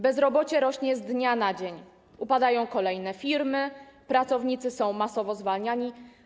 Bezrobocie rośnie z dnia na dzień, upadają kolejne firmy, pracownicy są masowo zwalniani.